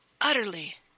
utterly